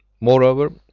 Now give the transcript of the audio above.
moreover,